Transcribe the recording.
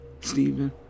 Stephen